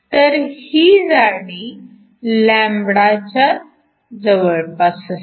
तर ही जाडी λ च्या जवळपास असते